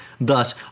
Thus